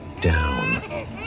Down